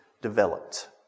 developed